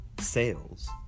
sales